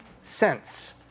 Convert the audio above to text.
cents